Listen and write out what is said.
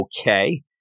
okay